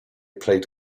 played